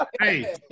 Hey